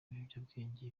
ibiyobyabwenge